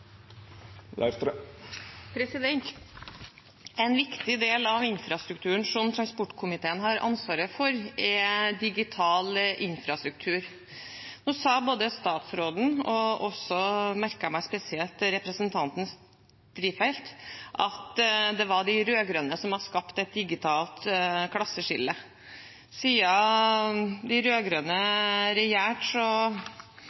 Folkeparti. En viktig del av infrastrukturen som transportkomiteen har ansvaret for, er digital infrastruktur. Nå sa statsråden – og jeg merket meg også spesielt representanten Strifeldt – at det var de rød-grønne som hadde skapt et digitalt klasseskille. Siden de